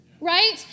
Right